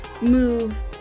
move